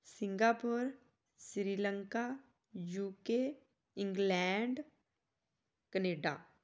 Singapore Sri Lanka UK England Canada